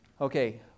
Okay